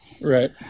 Right